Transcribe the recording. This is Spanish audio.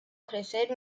crecer